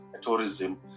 tourism